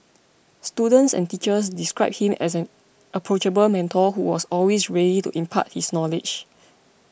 students and teachers described him as an approachable mentor who was always ready to impart his knowledge